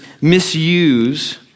misuse